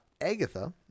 Agatha